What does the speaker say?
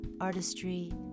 artistry